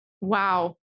Wow